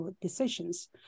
decisions